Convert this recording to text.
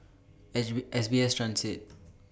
S B S Transit